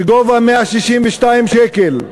בגובה 162 שקל,